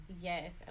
Yes